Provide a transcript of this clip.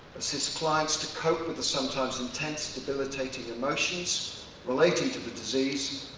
assist clients to cope with the sometimes and tense debilitating emotions related to the disease.